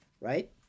right